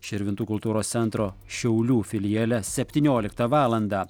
širvintų kultūros centro šiaulių filiale septynioliktą valandą